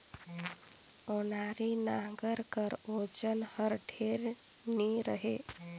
ओनारी नांगर कर ओजन हर ढेर नी रहें